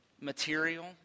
material